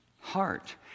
heart